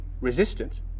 resistant